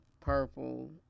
purple